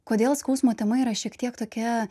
kodėl skausmo tema yra šiek tiek tokia